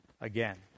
again